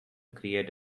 create